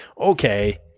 Okay